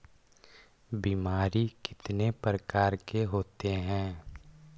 बीमारी कितने प्रकार के होते हैं?